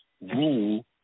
rule